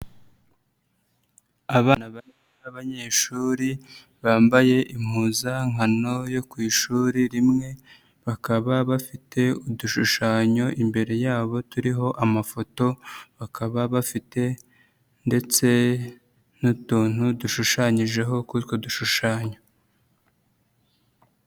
Abana b'abanyeshuri bambaye impuzankano yo ku ishuri rimwe, bakaba bafite udushushanyo imbere yabo turiho amafoto, bakaba bafite ndetse n'utuntu dushushanyijeho kuri utwo dushushanyo.